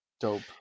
Dope